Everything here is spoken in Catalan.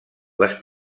les